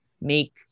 make